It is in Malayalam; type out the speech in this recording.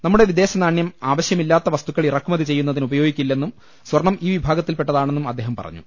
നമ്മുടെ വിദേശ നാണ്യം ആവശ്യമില്ലാത്ത വസ്തുക്കൾ ഇറക്കുമതി ചെയ്യുന്നതിന് ഉപയോ ഗിക്കില്ലെന്നും സ്വർണം ഈ വിഭാഗത്തിൽപ്പെട്ടതാണെന്നും അദ്ദേഹം പറഞ്ഞു